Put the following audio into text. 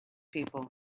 people